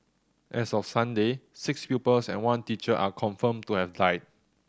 as of Sunday six pupils and one teacher are confirmed to have died